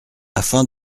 afin